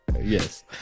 yes